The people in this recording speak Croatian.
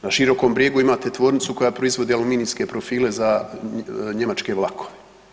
Na Širokom Brijegu imate tvornicu koja proizvodi aluminijske profile za njemačke vlakove.